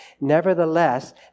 Nevertheless